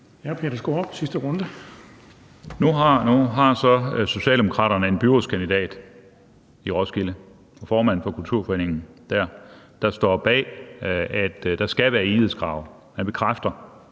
Peter Skaarup (DF): Nu har Socialdemokraterne så en byrådskandidat i Roskilde, som dér er formand for kulturforeningen, der står bag, at der skal være evighedskrav. Man bekræfter,